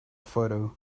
photo